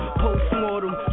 post-mortem